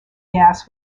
gas